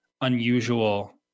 unusual